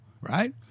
right